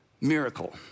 miracle